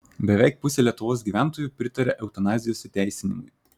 beveik pusė lietuvos gyventojų pritaria eutanazijos įteisinimui